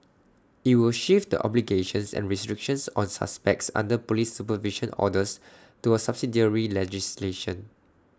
IT will shift the obligations and restrictions on suspects under Police supervision orders to A subsidiary legislation